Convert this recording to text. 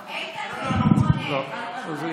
כן, הצבעה.